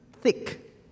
thick